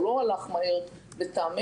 הוא לא הלך מהר לטעמנו.